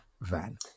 Van